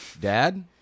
Dad